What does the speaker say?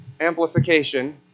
amplification